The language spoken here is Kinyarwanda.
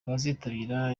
abazitabira